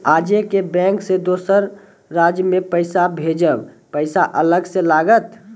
आजे के बैंक मे दोसर राज्य मे पैसा भेजबऽ पैसा अलग से लागत?